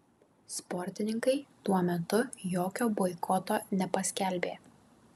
sportininkai tuo metu jokio boikoto nepaskelbė